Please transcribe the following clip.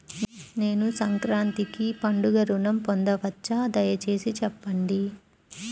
నేను సంక్రాంతికి పండుగ ఋణం పొందవచ్చా? దయచేసి చెప్పండి?